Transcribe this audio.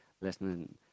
listening